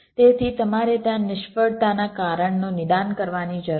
તેથી તમારે ત્યાં નિષ્ફળતાના કારણનું નિદાન કરવાની જરૂર છે